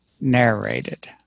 narrated